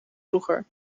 vroeger